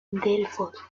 delfos